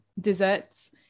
Desserts